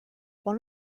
one